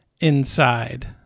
inside